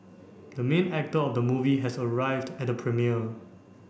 the main actor of the movie has arrived at the premiere